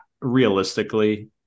realistically